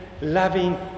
loving